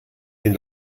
den